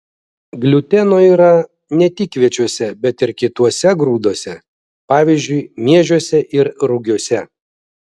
gliuteno yra ne tik kviečiuose bet ir kituose grūduose pavyzdžiui miežiuose ir rugiuose